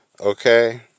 Okay